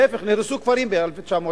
להיפך, נהרסו כפרים ב-1948?